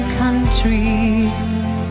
countries